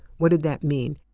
what did that mean?